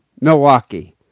Milwaukee